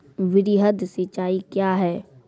वृहद सिंचाई कया हैं?